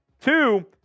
Two